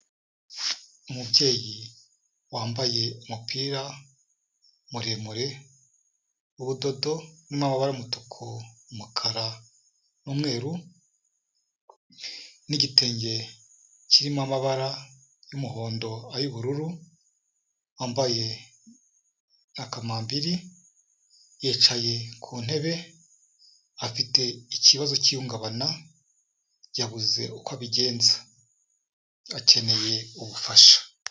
Umubyeyi wambaye umupira muremure w'ubudodo, uri mu mabara y'umutuku, umukara n'umweru n'igitenge kirimo amabara y'umuhondo, ayo ubururu wambaye na kamabiri yicaye ku ntebe, afite ikibazo cy'ihungabana yabuze uko abigenza, akeneye ubufasha.